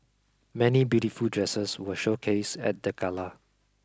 many beautiful dresses were showcased at the gala